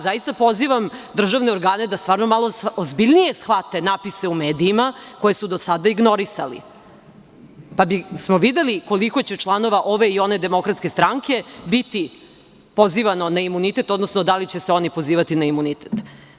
Zaista, pozivam državne organe da malo ozbiljnije shvate natpise u medijima koje su do sada ignorisali, pa bismo videli koliko će članova ove i one DS biti pozivano na imunitet, odnosno da li će se oni pozivati na imunitet.